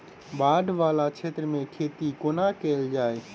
बाढ़ वला क्षेत्र मे खेती कोना कैल जाय?